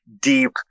deep